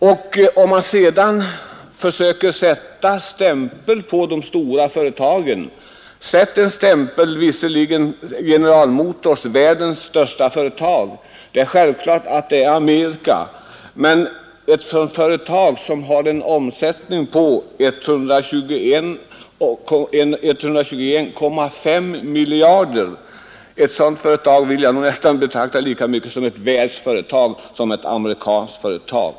Om man sedan försöker sätta en stämpel på de stora företagen så sätt stämpeln ”USA” på General Motors, världens största företag, ett företag med en omsättning på 121,5 miljarder. Men ett sådant företag vill jag nästan betrakta lika mycket som ett världsföretag som ett amerikanskt företag.